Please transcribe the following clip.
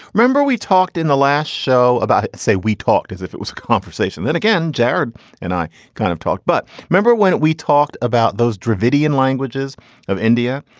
remember we talked in the last show about say we talked as if it was a conversation. then again, gerard and i kind of talked. but remember when we talked about those dravidian languages of india,